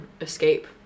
escape